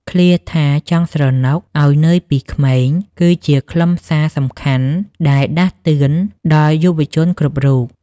ឃ្លាថា «ចង់ស្រណុកឱ្យនឿយពីក្មេង» គឺជាខ្លឹមសារសំខាន់ដែលដាស់តឿនដល់យុវជនគ្រប់រូប។